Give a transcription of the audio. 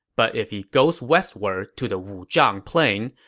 but if he goes westward to the wuzhang plain,